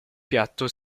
piatto